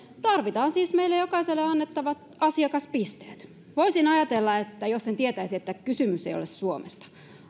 tarvitaan siis meille jokaiselle annettavat asiakaspisteet voisin ajatella jos en tietäisi että kysymys ei ole suomesta